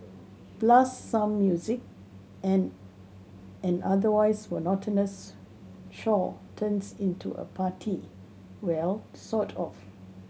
blast some music and an otherwise monotonous chore turns into a party well sort of